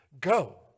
Go